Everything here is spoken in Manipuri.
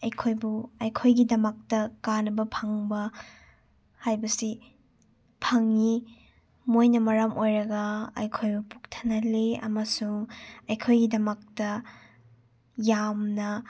ꯑꯩꯈꯣꯏꯕꯨ ꯑꯩꯈꯣꯏꯒꯤꯗꯃꯛꯇ ꯀꯥꯟꯅꯕ ꯐꯪꯕ ꯍꯥꯏꯕꯁꯤ ꯐꯪꯏ ꯃꯣꯏꯅ ꯃꯔꯝ ꯑꯣꯏꯔꯒ ꯑꯩꯈꯣꯏꯕꯨ ꯄꯨꯛ ꯊꯟꯍꯜꯂꯤ ꯑꯃꯁꯨꯡ ꯑꯩꯈꯣꯏꯒꯤꯗꯃꯛꯇ ꯌꯥꯝꯅ